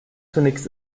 zunächst